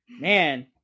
man